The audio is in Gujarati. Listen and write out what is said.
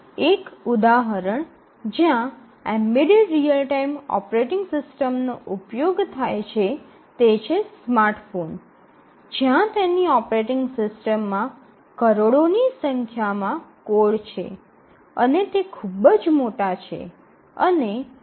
એક ઉદાહરણ જ્યાં એમ્બેડેડ રીઅલ ટાઇમ ઓપરેટિંગ સિસ્ટમનો ઉપયોગ થાય છે તે છે સ્માર્ટ ફોન જ્યાં તેની ઓપરેટિંગ સિસ્ટમમાં કરોડોની સંખ્યામાં કોડ છે અને તે ખૂબ જ મોટા છે અને